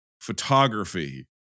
photography